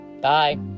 Bye